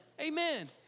Amen